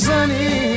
Sunny